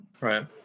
Right